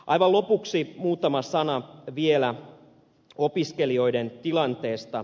aivan lopuksi muutama sana vielä opiskelijoiden tilanteesta